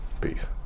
Peace